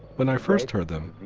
when i first heard them,